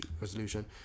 resolution